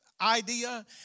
Idea